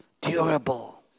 durable